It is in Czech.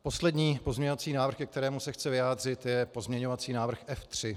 Poslední pozměňovací návrh, ke kterému se chci vyjádřit, je pozměňovací návrh F3.